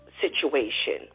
situation